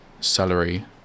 celery